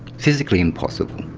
physically impossible.